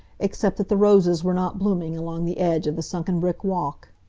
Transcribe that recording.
except that the roses were not blooming along the edge of the sunken brick walk.